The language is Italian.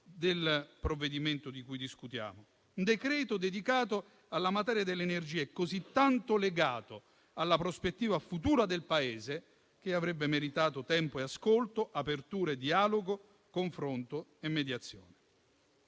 del provvedimento di cui discutiamo: un decreto-legge dedicato alla materia dell'energia e così tanto legato alla prospettiva futura del Paese, che avrebbe meritato tempo e ascolto, apertura e dialogo, confronto e mediazione.